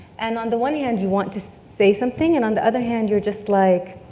and on the one hand, you want to say something, and on the other hand, you're just like,